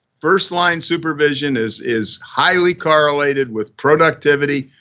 first line supervision is is highly correlated with productivity,